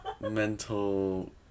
Mental